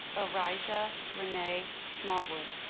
ariahja renae smallwood